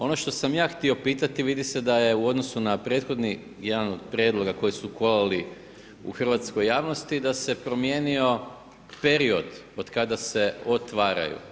Ono što sam aj htio pitati, vidi se da je u odnosu na prethodni, jedan od prijedloga koji su kolali u hrvatskoj javnosti, da se promijenio period od kada se otvaraju.